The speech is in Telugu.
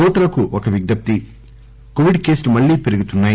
క్రోతలకు విజ్ఞప్తి కోవిడ్ కేసులు మళ్లీ పెరుగుతున్నాయి